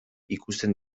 ikusten